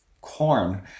corn